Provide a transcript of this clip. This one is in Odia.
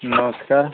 ନମସ୍କାର